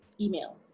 email